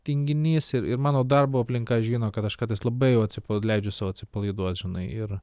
tinginys ir ir mano darbo aplinka žino kad aš kartais labai atsi leidžiu sau atsipalaiduot žinai ir